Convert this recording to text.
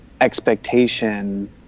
expectation